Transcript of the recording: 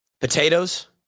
potatoes